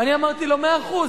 ואני אמרתי לו: מאה אחוז,